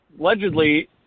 allegedly